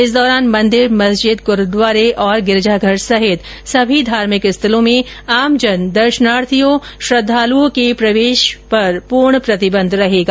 इस दौरान मंदिर मस्जिद गुरूद्वारे गिरिजाघर सहित सभी धार्मिक स्थलों में आमजन दर्शनार्थियों श्रृद्धालुओं के प्रवेश पर पूर्ण प्रतिबंध रहेगा